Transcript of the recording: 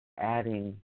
adding